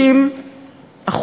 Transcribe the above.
50%,